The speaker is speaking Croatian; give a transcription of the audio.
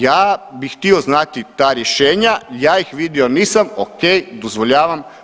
Ja bih htio znati ta rješenja, ja ih vidio nisam, o.k. dozvoljavam.